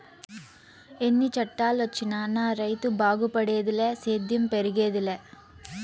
ఎన్ని చట్టాలొచ్చినా నా రైతు బాగుపడేదిలే సేద్యం పెరిగేదెలా